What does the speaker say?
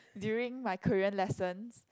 during my Korean lessons